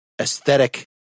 aesthetic